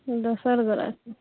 दोसर गोरे